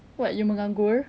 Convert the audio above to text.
what you menganggur